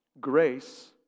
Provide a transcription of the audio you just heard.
Grace